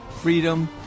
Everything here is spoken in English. freedom